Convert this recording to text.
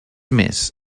més